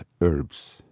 herbs